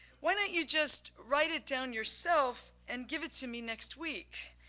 why don't you just write it down yourself and give it to me next week?